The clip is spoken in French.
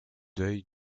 d’œil